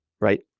Right